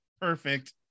perfect